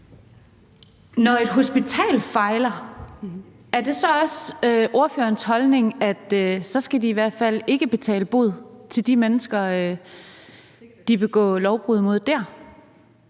på et hospital fejler, er det så også ordførerens holdning, at man i hvert fald ikke skal betale bod til de mennesker, man har begået lovbrud imod?